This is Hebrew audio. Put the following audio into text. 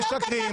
מכתב.